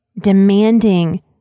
demanding